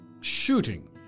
Shooting